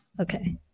Okay